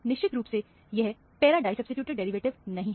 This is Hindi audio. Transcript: निश्चित रूप से यह पैरा डाईसब्सीट्यूटेड डेरिवेटिव नहीं है